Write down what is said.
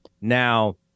Now